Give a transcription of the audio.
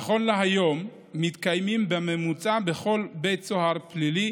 נכון להיום מתקיימים בממוצע בכל בית סוהר פלילי